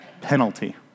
penalty